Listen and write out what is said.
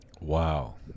Wow